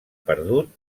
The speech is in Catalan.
perdut